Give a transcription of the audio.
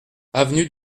avenue